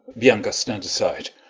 bianca, stand aside.